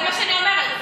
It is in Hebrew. זה מה שאני אומרת.